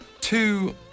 two